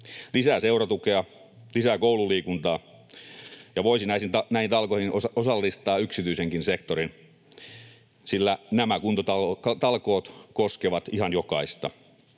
lisää seuratukea, lisää koululiikuntaa, ja voisi näihin talkoihin osallistaa yksityisenkin sektorin, sillä nämä talkoot koskevat ihan jokaista.